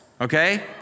okay